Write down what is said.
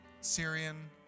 Syrian